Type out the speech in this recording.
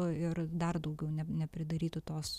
ir dar daugiau ne nepridarytų tos